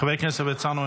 חבר הכנסת הרצנו,